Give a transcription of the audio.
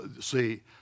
see